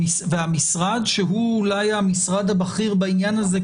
והמשרד שהוא אולי המשרד הבכיר בעניין הזה,